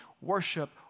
worship